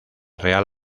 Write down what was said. real